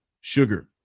sugar